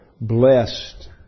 blessed